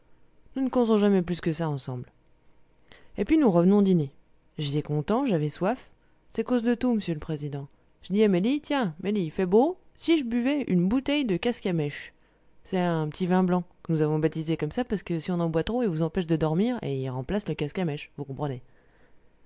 nous ne causons jamais plus que ça ensemble et puis nous revenons dîner j'étais content j'avais soif c'est cause de tout m'sieu l'président je dis à mélie tiens mélie il fait beau si je buvais une bouteille de casque à mèche c'est un petit vin blanc que nous avons baptisé comme ça parce que si on en boit trop il vous empêche de dormir et il remplace le casque à mèche vous comprenez